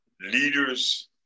leaders